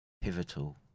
pivotal